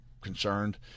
concerned